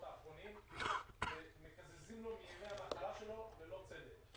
האחרים ומקזזים להם מימי המחלה שלהם ללא צדק.